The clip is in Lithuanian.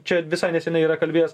čia visai nesenai yra kalbėjęs